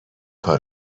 کار